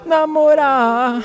Namorar